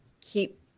keep